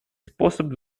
способ